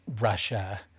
Russia